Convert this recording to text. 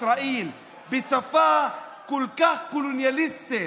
ערביי ישראל,) בשפה כל כך קולוניאליסטית,